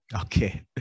Okay